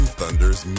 Thunders